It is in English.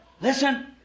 listen